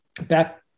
back